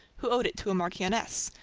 who owed it to a marchioness,